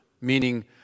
meaning